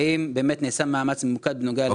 האם באמת נעשה מאמץ ממוקד בנוגע לסוגיה הזאת?